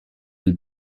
del